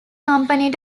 company